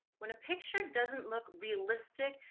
when a picture doesn't look realistic?